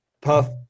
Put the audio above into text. Puff